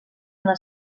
una